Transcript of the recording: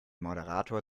moderator